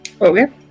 Okay